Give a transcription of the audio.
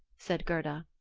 said gerda.